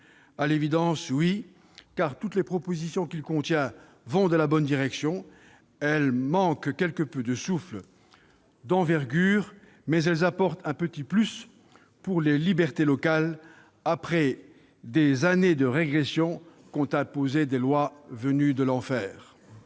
À l'évidence, oui, car toutes les propositions qu'il comporte vont dans la bonne direction. Celles-ci manquent quelque peu de souffle et d'envergure, mais elles apportent un petit plus pour les libertés locales, après les années de régression qu'ont imposées des lois venues de l'enfer.